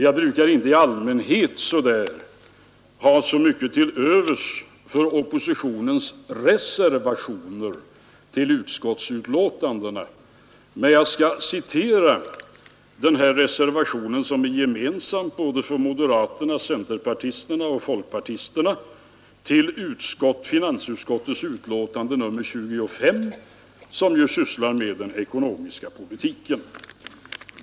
Jag brukar i allmänhet inte ha så mycket till övers för oppositionens reservationer till utskottsbetänkandena, men jag skall citera den reservation som moderaterna, centerpartisterna och folkpartisterna avgav till finansutskottets betänkande nr 25, vilket handlar om den ekonomiska politiken.